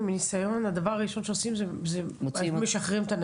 זה אצלנו